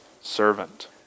servant